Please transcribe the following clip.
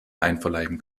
einverleiben